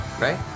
right